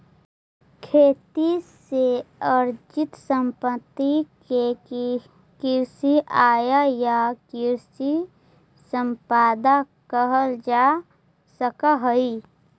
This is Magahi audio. खेती से अर्जित सम्पत्ति के कृषि आय या कृषि सम्पदा कहल जा सकऽ हई